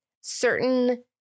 certain